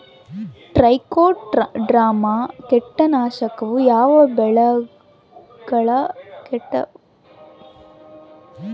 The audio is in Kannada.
ಟ್ರೈಕೋಡರ್ಮಾ ಕೇಟನಾಶಕವು ಯಾವ ಬೆಳೆಗಳ ಕೇಟಗಳನ್ನು ನಿಯಂತ್ರಿಸುವಲ್ಲಿ ಯಶಸ್ವಿಯಾಗಿದೆ?